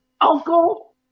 Uncle